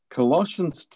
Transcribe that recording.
Colossians